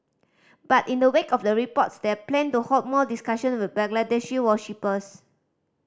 but in the wake of the reports they plan to hold more discussions with Bangladeshi worshippers